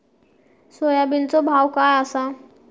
सोयाबीनचो भाव काय आसा?